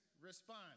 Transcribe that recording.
respond